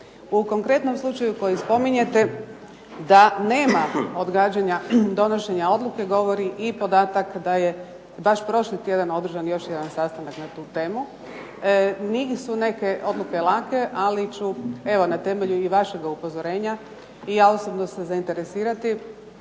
U konkretnom slučaju koji spominjete da nema odgađanja donošenja odluke govori i podatak da je baš prošli tjedan održan još jedan sastanak na tu temu. Nisu neke odluke lake, ali ću evo na temelju i vašega upozorenja i ja osobno se zainteresirati,